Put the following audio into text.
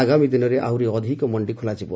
ଆଗାମୀ ଦିନରେ ଆହୁରି ଅଧିକ ମଣ୍ଡି ଖୋଲାଯିବ